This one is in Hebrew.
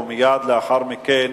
ומייד לאחר מכן